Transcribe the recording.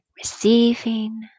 Receiving